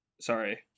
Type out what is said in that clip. sorry